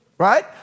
right